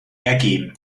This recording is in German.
ergeben